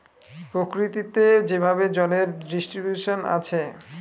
প্রকৃতিতে যেভাবে জলের ডিস্ট্রিবিউশন আছে